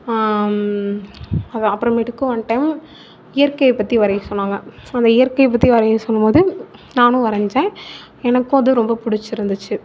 அது அப்பறமேட்டுக்கு one time இயற்கையை பற்றி வரைய சொன்னாங்க அந்த இயற்கையை பற்றி வரைய சொல்லும்போது நானும் வரைஞ்சேன் எனக்கும் அது ரொம்ப பிடிச்சி இருந்துச்சு